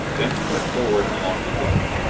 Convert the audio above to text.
then he went forward along the deck.